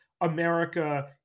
America